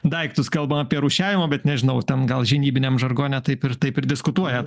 daiktus kalbam apie rūšiavimą bet nežinau ten gal žinybiniam žargone taip ir taip ir diskutuojat